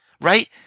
right